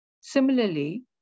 Similarly